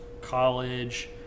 college